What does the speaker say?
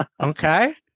Okay